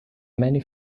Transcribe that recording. many